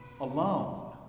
alone